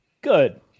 good